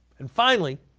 and finally,